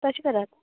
तशें करात